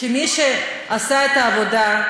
שמי שעשה את העבודה,